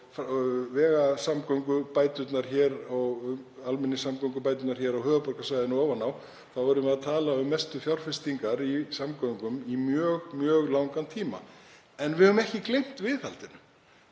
vegasamgöngubætur og almenningssamgöngurbæturnar á höfuðborgarsvæðinu ofan á þá erum við að tala um mestu fjárfestingar í samgöngum í mjög langan tíma. En við höfum ekki gleymt viðhaldinu.